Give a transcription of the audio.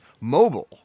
mobile